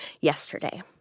yesterday